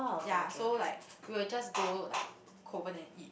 ya so like we will just go like Kovan and eat